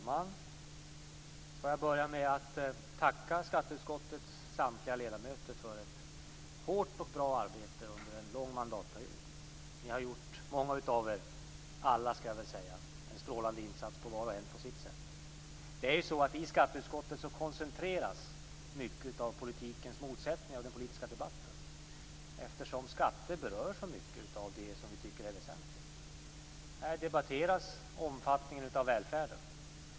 Fru talman! Får jag börja med att tacka skatteutskottets samtliga ledamöter för ett hårt och bra arbete under en lång mandatperiod. Många av er - alla, skall jag väl säga - har gjort en strålande insats var och en på sitt sätt. I skatteutskottet koncentreras mycket av politikens motsättningar och den politiska debatten, eftersom skatter berör så mycket av det vi tycker är väsentligt. Här debatteras omfattningen av välfärden.